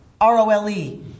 R-O-L-E